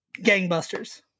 gangbusters